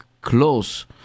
close